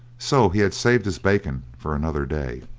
so he had saved his bacon for another day.